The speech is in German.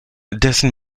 dessen